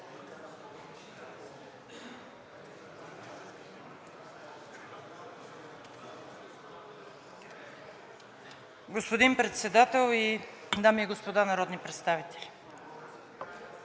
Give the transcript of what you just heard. Господин Председател, дами и господа народни представители!